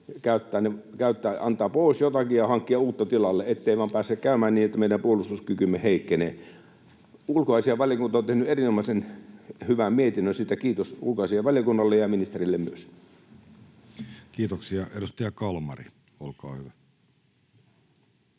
antaa pois jotakin ja hankkia uutta tilalle, ettei vain pääse käymään niin, että meidän puolustuskykymme heikkenee. Ulkoasiainvaliokunta on tehnyt erinomaisen hyvän mietinnön. Siitä kiitos ulkoasiainvaliokunnalle ja ministerille myös. Kiitoksia. — Edustaja Kalmari, olkaa hyvä.